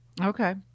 Okay